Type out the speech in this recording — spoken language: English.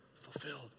Fulfilled